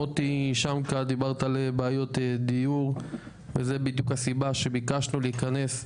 מוטי שמקה דיברת על בעיות דיור וזו בדיוק הסיבה שביקשנו להתכנס,